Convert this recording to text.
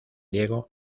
diego